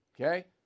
Okay